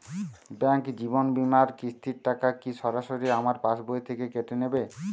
Bank জীবন বিমার কিস্তির টাকা কি সরাসরি আমার পাশ বই থেকে কেটে নিবে?